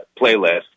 playlist